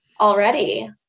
already